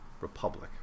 Republic